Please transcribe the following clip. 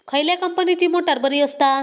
खयल्या कंपनीची मोटार बरी असता?